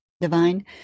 divine